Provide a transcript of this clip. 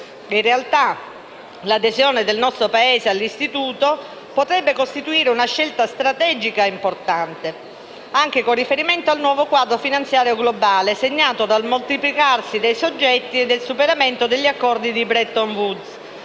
in realtà l'adesione del nostro Paese all'Istituto potrebbe costituire una scelta strategica importante, anche con riferimento al nuovo quadro finanziario globale, segnato dal moltiplicarsi dei soggetti e dal superamento degli accordi di Bretton Woods,